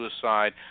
suicide